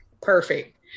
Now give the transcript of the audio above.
perfect